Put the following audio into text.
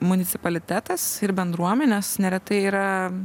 municipalitetas ir bendruomenės neretai yra